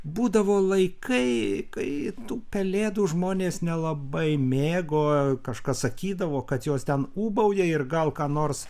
būdavo laikai kai tų pelėdų žmonės nelabai mėgo kažkas sakydavo kad jos ten ūbauja ir gal ką nors